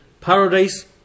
Paradise